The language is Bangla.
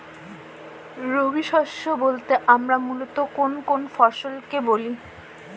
রবি শস্য বলতে আমরা মূলত কোন কোন ফসল কে বলি?